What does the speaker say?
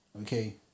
Okay